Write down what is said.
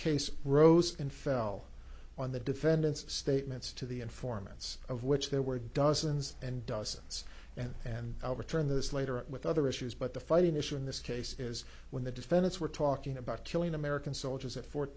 case rose and fell on the defendant's statements to the informants of which there were dozens and dozens and and i'll return this later at with other issues but the fighting issue in this case is when the defendants were talking about killing american soldiers at fort